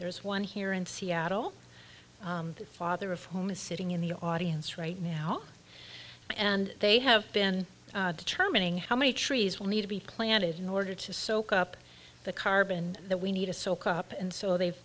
there's one here in seattle the father of whom is sitting in the audience right now and they have been determining how many trees will need to be planted in order to soak up the carbon that we need to soak up and so they've